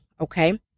okay